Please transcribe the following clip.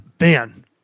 man